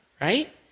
Right